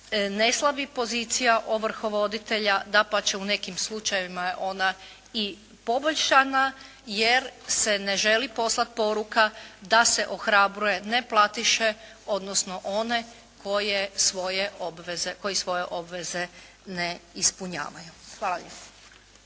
ne slabi pozicija ovrhovoditelja, dapače u nekim slučajevima je ona i poboljšana jer se ne želi poslati poruka da se ohrabruje neplatiše, odnosno one koji svoje obveze ne ispunjavaju. Hvala lijepa.